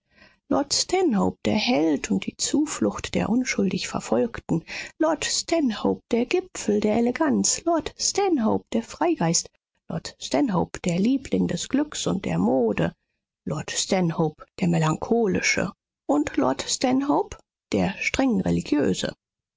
stanhope der held und die zuflucht der unschuldig verfolgten lord stanhope der gipfel der eleganz lord stanhope der freigeist lord stanhope der liebling des glücks und der mode lord stanhope der melancholische und lord stanhope der strengreligiöse